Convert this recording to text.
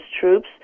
troops